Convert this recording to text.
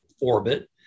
orbit